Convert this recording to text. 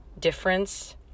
difference